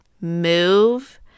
move